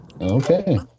Okay